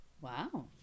wow